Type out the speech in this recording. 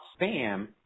spam